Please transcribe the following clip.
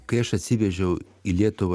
kai aš atsivežiau į lietuvą